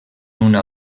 una